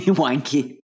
wanky